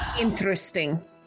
interesting